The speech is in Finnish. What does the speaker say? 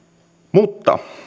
mutta